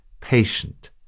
patient